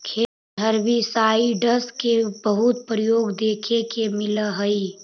खेत में हर्बिसाइडस के बहुत प्रयोग देखे के मिलऽ हई